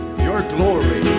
your glory,